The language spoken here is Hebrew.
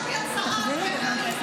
את בעד?